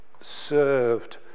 served